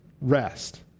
rest